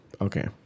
Okay